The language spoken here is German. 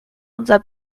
unser